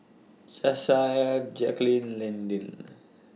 Jasiah Jaquelin Landyn